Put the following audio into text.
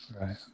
right